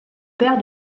père